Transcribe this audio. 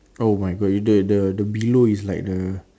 oh my god the the the below is like the